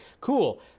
cool